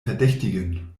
verdächtigen